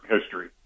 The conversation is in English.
history